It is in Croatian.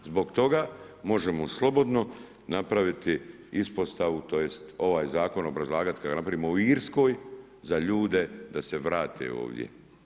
Zbog toga možemo slobodno napraviti ispostavu tj. ovaj zakon obrazlagati kada ga napravimo u Irskoj za ljude da se vrate ovdje.